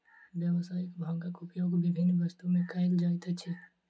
व्यावसायिक भांगक उपयोग विभिन्न वस्तु में कयल जाइत अछि